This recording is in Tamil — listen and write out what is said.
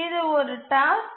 இது ஒரு டாஸ்க்கை